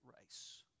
race